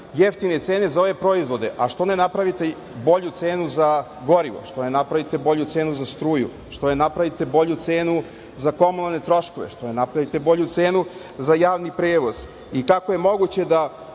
jeftine cene za ove proizvode, a što ne napravite bolju cenu za gorivo, što ne napravite bolju cenu za struju, što ne napravite bolju cenu za komunalne troškove, što ne napravite bolju cenu za javni prevoz? I, kako je moguće da